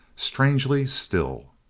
strangely still.